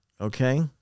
okay